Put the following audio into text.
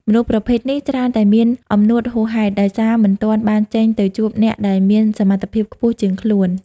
មនុស្សប្រភេទនេះច្រើនតែមានអំនួតហួសហេតុ ដោយសារមិនទាន់បានចេញទៅជួបអ្នកដែលមានសមត្ថភាពខ្ពស់ជាងខ្លួន។